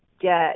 get